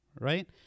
right